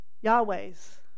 Yahweh's